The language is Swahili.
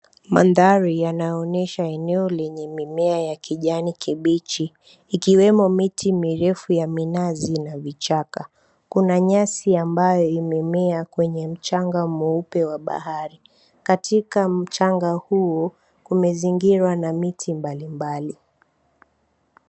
Mandhari yanaonyesha eneo lenye mimea ya kijani kibichi ikiwemo miti mirefu ya minazi na vichaka kuna nyasi ambayo imemea kwenye mchanga mweupe wa bahari, katika mchanga huo kumezingirwa na miti mbalimbali.